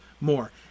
more